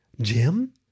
Jim